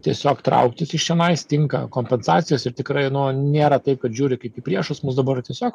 tiesiog trauktis iš čionais tinka kompensacijos ir tikrai nėra taip kad žiūri kaip į priešus mus dabar tiesiog